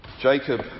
Jacob